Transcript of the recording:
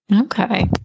Okay